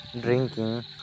drinking